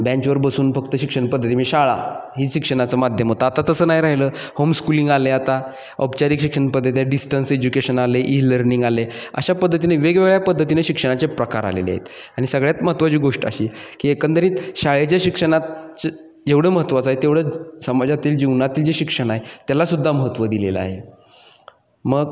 बँचवर बसून फक्त शिक्षण पद्धती मी शाळा ही शिक्षणाचं माध्यम होतं आता तसं नाही राहिलं होमस्कुलिंग आले आता औपचारिक शिक्षण पद्धती आहे डिस्टन्स एज्युकेशन आले ई लर्निंग आले अशा पद्धतीने वेगवेगळ्या पद्धतीने शिक्षणाचे प्रकार आलेले आहेत आणि सगळ्यात महत्त्वाची गोष्ट अशी की एकंदरीत शाळेच्या शिक्षनाचं जेवढं महत्वाचं आहे तेवढं समाजातील जीवनातील जे शिक्षण आहे त्यालासुद्दा महत्व दिलेलं आहे मग